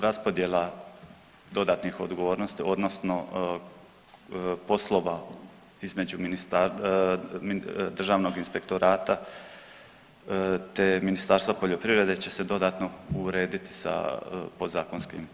Raspodjela dodatnih odgovornosti odnosno poslova između Državnog inspektorata te Ministarstva poljoprivrede će se dodatno urediti sa podzakonskim aktima.